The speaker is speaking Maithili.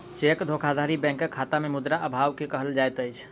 चेक धोखाधड़ी बैंकक खाता में मुद्रा अभाव के कहल जाइत अछि